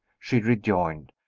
she rejoined.